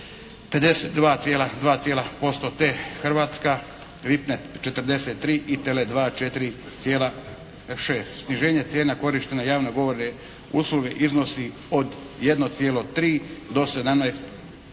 52,2 % te Hrvatske, VIP net 43 i TELE2 4,6. Sniženje cijena korištenja javne govorne usluge iznosi od 1,3 do 17,7%